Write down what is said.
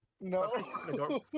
No